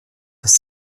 dass